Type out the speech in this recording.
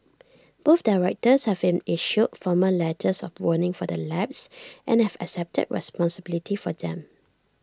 both directors have been issued formal letters of warning for their lapses and have accepted responsibility for them